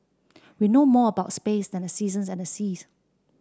we know more about space than the seasons and the seas